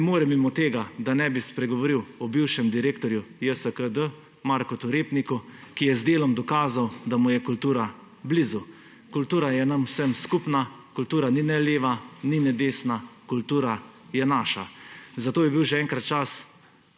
Ne morem mimo tega, da ne bi spregovoril o bivšem direktorju JSKD Marku Repniku, ki je z delom dokazal, da mu je kultura blizu. Kultura je nam vsem skupna, kulturna ni ne leva, ni ne desna, kultura je naša. Zato bi bil že enkrat čas,